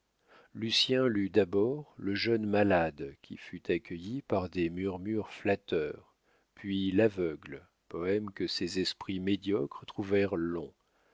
lucien lut d'abord le jeune malade qui fut accueilli par des murmures flatteurs puis l'aveugle poème que ces esprits médiocres trouvèrent long